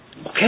Okay